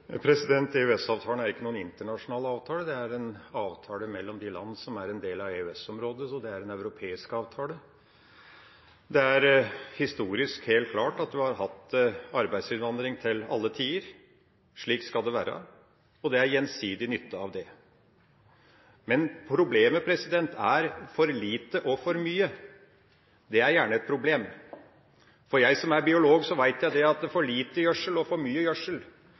er ikke noen internasjonal avtale, det er en avtale mellom de land som er en del av EØS-området, så det er en europeisk avtale. Det er historisk helt klart at vi har hatt arbeidsinnvandring til alle tider. Slik skal det være, og man har gjensidig nytte av det. Men problemet er for lite og for mye. Det er gjerne et problem. Jeg, som er biolog, vet at for lite gjødsel og for mye